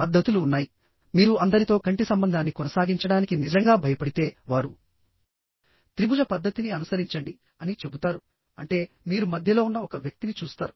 పద్ధతులు ఉన్నాయిమీరు అందరితో కంటి సంబంధాన్ని కొనసాగించడానికి నిజంగా భయపడితే వారు త్రిభుజ పద్ధతిని అనుసరించండి అని చెబుతారు అంటే మీరు మధ్యలో ఉన్న ఒక వ్యక్తిని చూస్తారు